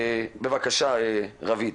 בבקשה רביד.